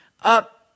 up